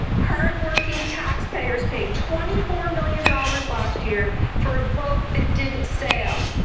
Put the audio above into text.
hard-working taxpayers pay twenty four million dollars last year for a boat that didn't sail.